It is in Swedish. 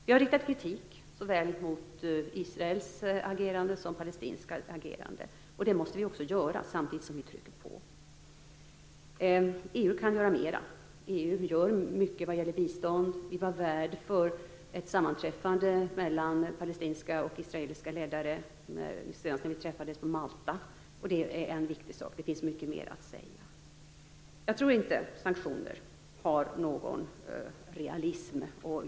Vi har riktat kritik såväl mot Israels agerande som mot det palestinska agerandet. Det måste vi göra samtidigt som vi trycker på. EU kan göra mera. EU gör mycket vad gäller bistånd. Vi var värd för ett sammanträffande mellan palestinska och israeliska ledare, senast när vi träffades på Malta. Det är en viktig sak. Det finns mycket mer att säga. Jag tror inte att det finns någon realism i sanktioner.